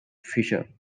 fisher